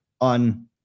on